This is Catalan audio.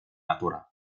natura